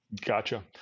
Gotcha